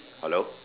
hello